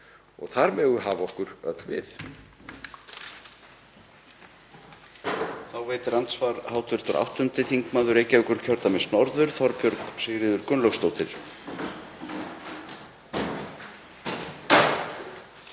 ná. Þar megum við hafa okkur öll við.